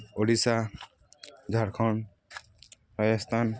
Odisha Jharkhand Rajasthan